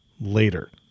later